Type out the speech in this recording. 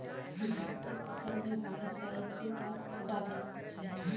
धान के फ़सल मे बाढ़ जाऐं के बाद का डाले के चाही?